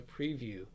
preview